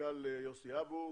המנכ"ל יוסי אבו,